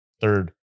third